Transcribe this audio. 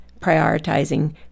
prioritizing